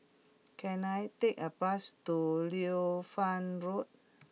can I take a bus to Liu Fang Road